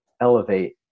elevate